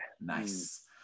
nice